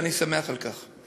ואני שמח על כך.